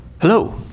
Hello